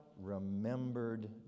remembered